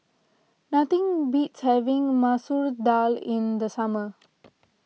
nothing beats having Masoor Dal in the summer